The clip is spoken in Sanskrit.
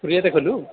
श्रूयते खलु